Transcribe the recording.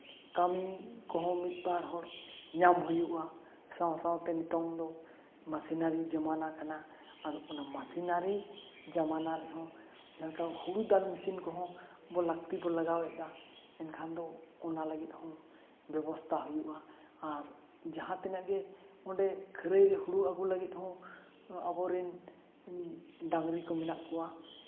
ᱠᱟᱹᱢᱤ ᱠᱚᱦᱚᱸ ᱢᱤᱫ ᱵᱟᱨ ᱦᱚᱲ ᱧᱟᱢ ᱦᱩᱭᱩᱜᱼᱟ ᱥᱟᱶ ᱥᱟᱶ ᱛᱮ ᱱᱤᱛᱚᱝ ᱫᱚ ᱢᱮᱥᱤᱱᱟᱨᱤ ᱡᱟᱢᱟᱱᱟ ᱠᱟᱱᱟ ᱟᱨ ᱚᱱᱟ ᱢᱮᱥᱮᱱᱟᱨᱤ ᱡᱟᱢᱟᱱᱟ ᱨᱮᱦᱚᱸ ᱱᱤᱛᱚᱜ ᱦᱳᱲᱳ ᱫᱟᱞ ᱢᱮᱹᱥᱤᱱ ᱠᱚᱦᱚᱸ ᱱᱤᱛᱚᱜ ᱞᱟᱹᱠᱛᱤ ᱵᱚᱱ ᱞᱟᱜᱟᱣ ᱮᱫᱟ ᱮᱱᱠᱷᱟᱱ ᱫᱚ ᱚᱱᱟ ᱞᱟᱹᱜᱤᱫ ᱦᱚᱸ ᱵᱮᱵᱚᱥᱛᱷᱟ ᱦᱩᱭᱩᱜᱼᱟ ᱟᱨ ᱡᱟᱦᱟᱸ ᱛᱤᱱᱟᱹᱜ ᱜᱮ ᱚᱸᱰᱮ ᱠᱷᱟᱹᱨᱟᱭ ᱨᱮ ᱦᱳᱲᱳ ᱟᱹᱜᱩ ᱞᱟᱹᱜᱤᱫ ᱦᱚᱸ ᱟᱵᱚ ᱨᱤᱱ ᱰᱟᱝᱨᱤ ᱠᱚ ᱢᱮᱱᱟᱜ ᱠᱚᱣᱟ